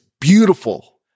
beautiful